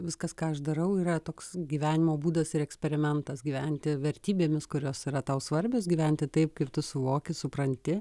viskas ką aš darau yra toks gyvenimo būdas ir eksperimentas gyventi vertybėmis kurios yra tau svarbios gyventi taip kaip tu suvoki supranti